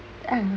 ah